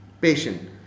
patient